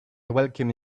welcome